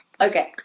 Okay